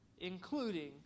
including